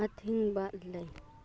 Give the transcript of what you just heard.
ꯑꯊꯤꯡꯕ ꯂꯩ